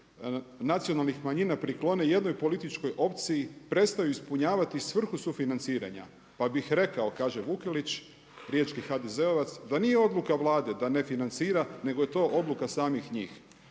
nacionalnih manjina priklone jednoj političkoj opciji prestaju ispunjavati svrhu sufinanciranja pa bih rekao kaže Vukelić, riječki HDZ-ovac da nije odluka Vlade da ne financira nego je to odluka samih njih.